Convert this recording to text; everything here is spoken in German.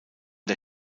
der